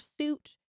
suit